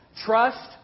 Trust